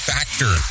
Factor